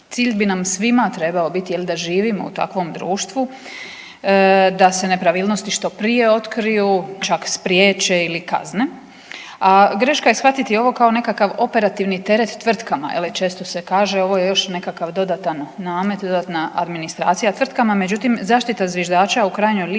Cilj bi nam svima trebao biti, je li, da živimo u takvom društvu, da se nepravilnosti što prije otkriju, čak spriječe ili kazne, a greška je shvatiti ovo kao nekakav operativni teret tvrtkama, je li, često se kaže, ovo je još jedan dodatan namet, dodatna administracija tvrtkama, međutim zaštita zviždača u krajnjoj liniji,